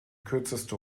kürzeste